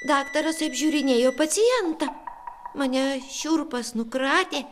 daktaras apžiūrinėjo pacientą mane šiurpas nukratė